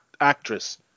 actress